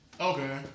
okay